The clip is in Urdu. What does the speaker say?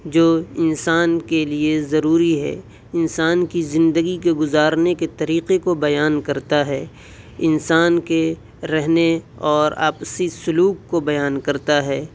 جو انسان کے لیے ضروری ہے انسان کی زندگی کے گزارنے کے طریقے کو بیان کرتا ہے انسان کے رہنے اور آپسی سلوک کو بیان كرتا ہے